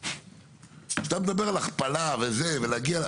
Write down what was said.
כשאתה מדבר על הכפלה וזה ולהגיע,